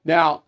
Now